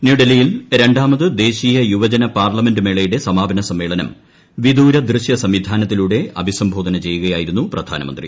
ന്യൂഡൽഹിയിൽ രണ്ടാമത് ദേശീയ യുവജന പാർലമെന്റ് മേളയുടെ സമാപന സമ്മേളനം വിദൂര ദൃശ്യ സംവിധാനത്തിലൂടെ അഭിസംബോധന ചെയ്യുകയായിരുന്നു പ്രധാനമന്ത്രി